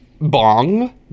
bong